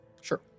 Sure